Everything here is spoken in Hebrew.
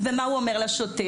ומה הוא אומר לשוטר?